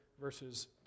verses